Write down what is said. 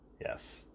yes